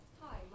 Hi